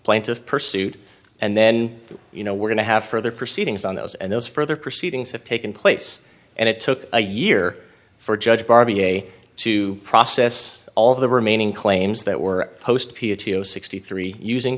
plaintiff pursued and then you know we're going to have further proceedings on those and those further proceedings have taken place and it took a year for judge barbie a to process all of the remaining claims that were posted p t o sixty three using